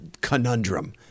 Conundrum